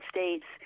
States